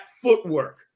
footwork